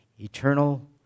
eternal